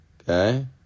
Okay